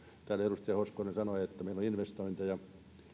täällä edustaja hoskonen sanoi että meillä on investointeja